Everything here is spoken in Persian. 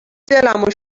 دلمو